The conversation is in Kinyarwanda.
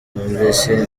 numvise